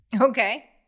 Okay